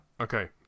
Okay